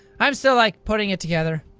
i'm still like putting it together.